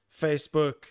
Facebook